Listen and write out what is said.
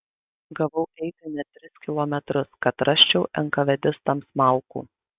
gavau eiti net tris kilometrus kad rasčiau enkavedistams malkų